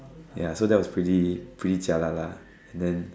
ya so that was pretty pretty jialat lah and then